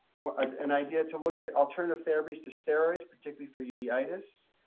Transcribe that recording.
an idea to look at alternative therapies to steroids, particularly for uveitis.